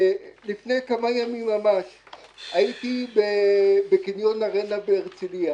לפני כמה ימים הייתי בקניון ארנה בהרצליה.